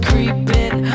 Creeping